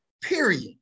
period